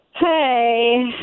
Hey